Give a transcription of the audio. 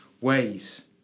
ways